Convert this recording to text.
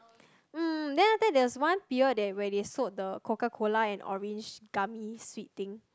mm then after that there was one period that where they sold the Coca Cola and orange gummy sweet thing